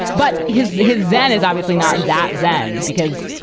but his his zen is obviously not that zen because.